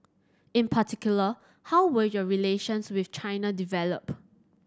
in particular how will your relations with China develop